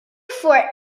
for